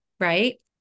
Right